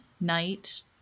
night